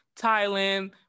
Thailand